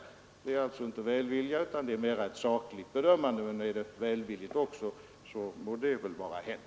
Det är alltså inte på grund av välvilja utan mera på grund av ett sakligt bedömande, men är det dessutom välvilligt, må det vara hänt.